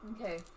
Okay